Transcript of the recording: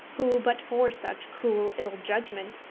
who, but for such cruel ill-judgment,